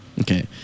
Okay